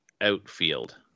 Outfield